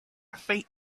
faint